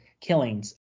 killings